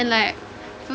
and like